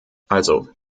also